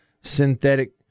synthetic